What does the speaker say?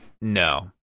No